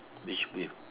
which with